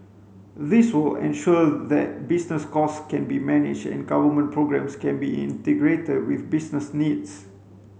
this will ensure that business costs can be managed and government programmes can be integrated with business needs